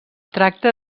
tracta